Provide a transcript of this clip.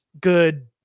good